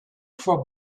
for